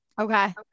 okay